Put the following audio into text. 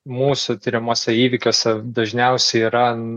mūsų tiriamuose įvykiuose dažniausiai yra